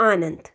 Anand